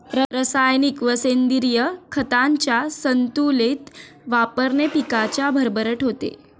रासायनिक व सेंद्रिय खतांच्या संतुलित वापराने पिकाची भरभराट होते